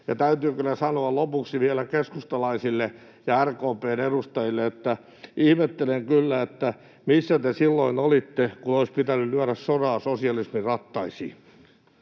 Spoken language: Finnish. täytyy kyllä sanoa lopuksi vielä keskustalaisille ja RKP:n edustajille, että ihmettelen kyllä, missä te silloin olitte, kun olisi pitänyt lyödä soraa sosialismin rattaisiin.